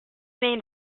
main